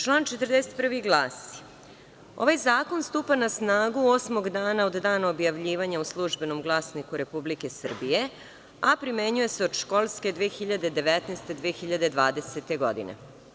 Član 41. glasi – ovaj zakon stupa na snagu osmog dana od dana objavljivanja u „Službenom glasniku RS“, a primenjuje se od školske 2019/2020. godine.